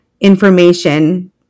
information